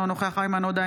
אינו נוכח איימן עודה,